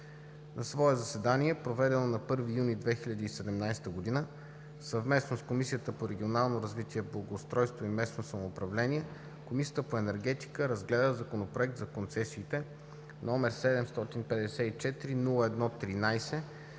На свое заседание, проведено на 1 юни 2017 г., съвместно с Комисията по регионална политика, благоустройство и местно самоуправление, Комисията по енергетика разгледа Законопроект за концесиите, № 754-01-13,